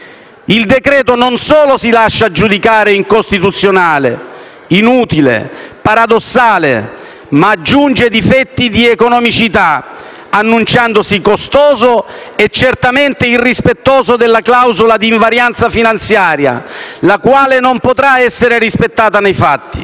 Il decreto-legge non solo si lascia giudicare incostituzionale, inutile, paradossale, ma aggiunge difetti di economicità, annunciandosi costoso e certamente irrispettoso della clausola di invarianza finanziaria, la quale non potrà essere rispettata nei fatti.